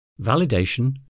Validation